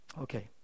Okay